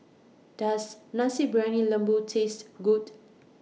Does Nasi Briyani Lembu Taste Good